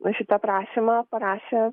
šitą prašymą parašė